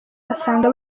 basanga